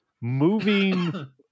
moving